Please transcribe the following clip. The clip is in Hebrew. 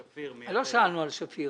"שפיר" מייצרת --- לא שאלנו על "שפיר",